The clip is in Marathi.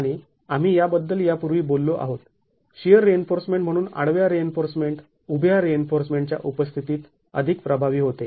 आणि आम्ही याबद्दल यापूर्वी बोललो आहोत शिअर रिइन्फोर्समेंट म्हणून आडव्या रिइन्फोर्समेंट उभ्या रिइन्फोर्समेंट च्या उपस्थितीत अधिक प्रभावी होते